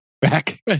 back